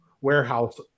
warehouse